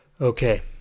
Okay